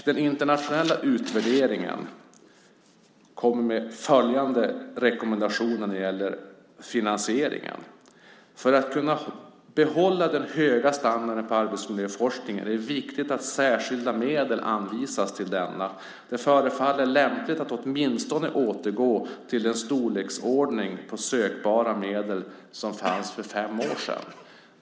Den internationella utvärderingen kom med följande rekommendation när det gäller finansieringen: För att kunna behålla den höga standarden på arbetsmiljöforskningen är det viktigt att särskilda medel anvisas till denna. Det förefaller lämpligt att åtminstone återgå till den storleksordning på sökbara medel som fanns för fem år sedan.